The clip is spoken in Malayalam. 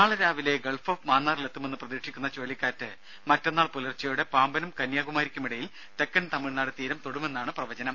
നാളെ രാവിലെ ഗൾഫ് ഓഫ് മാന്നാറിലെത്തുമെന്ന് പ്രതീക്ഷിക്കുന്ന ചുഴലിക്കാറ്റ് മറ്റന്നാൾ പുലർച്ചയോടെ പാമ്പനും കന്യാകുമാരിക്കും ഇടയിൽ തെക്കൻ തമിഴ്നാട് തീരം തൊടുമെന്നാണ് പ്രവചനം